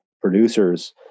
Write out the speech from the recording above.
producers